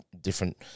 different